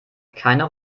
keine